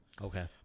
Okay